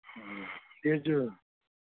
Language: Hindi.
ह्म्म ह्म्म ये जो